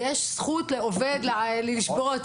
יש זכות לעובד לשבות.